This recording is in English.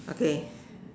okay